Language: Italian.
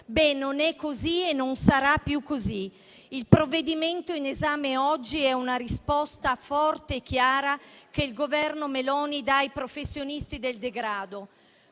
poco. Non è così e non sarà più così: il provvedimento in esame oggi è una risposta forte e chiara che il Governo Meloni dà ai professionisti del degrado,